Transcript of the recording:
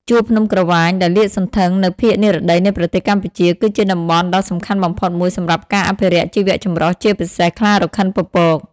ជួរភ្នំក្រវាញ ដែលលាតសន្ធឹងនៅភាគនិរតីនៃប្រទេសកម្ពុជា គឺជាតំបន់ដ៏សំខាន់បំផុតមួយសម្រាប់ការអភិរក្សជីវៈចម្រុះ ជាពិសេស ខ្លារខិនពពក។